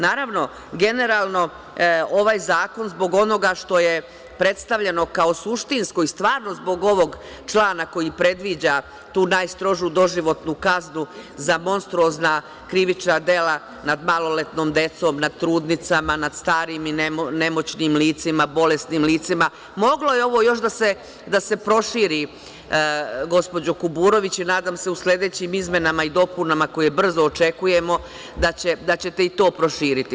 Naravno, generalno ovaj zakon, zbog onoga što je predstavljeno kao suštinsko i stvarno zbog ovog člana, predviđa tu najstrožu doživotnu kaznu za monstruozna krivična dela nad maloletnom decom, nad trudnicama, nad starim i nemoćnim licima, bolesnim licima, moglo je ovo još da se proširi, gospođo Kuburović, i nadam se u sledećim izmenama i dopunama, koje brzo očekujemo, da ćete i to proširiti.